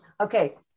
Okay